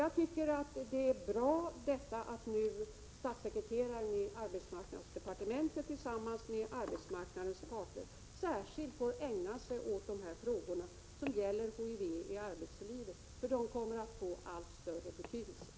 Jag tycker att det är bra att statssekreteraren i arbetsmarknadsdepartementet tillsammans med arbetsmarknadens parter särskilt har ägnat sig åt frågor om HIV i arbetslivet, eftersom dessa kommer att få allt större betydelse.